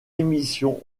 émissions